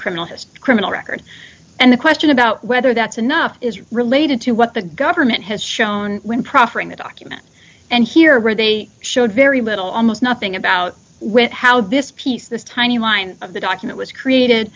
criminal history criminal record and the question about whether that's enough is related to what the government has shown when proffering the document and here they showed very little almost nothing about with how this piece this tiny line of the document was created